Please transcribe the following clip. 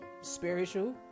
spiritual